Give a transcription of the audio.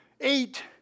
eight